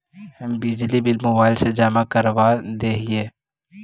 हम बिजली bill mobile से जमा करवा देहियै?